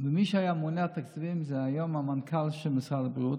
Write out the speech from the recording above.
מי שהיה ממונה על התקציבים זה היום המנכ"ל של משרד הבריאות,